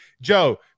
Joe